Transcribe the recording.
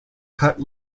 cut